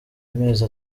amezi